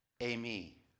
Amy